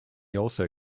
also